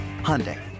Hyundai